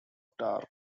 tar